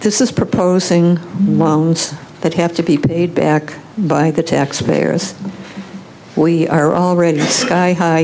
this is proposing loans that have to be paid back by the taxpayers we are already sky high